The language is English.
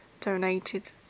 donated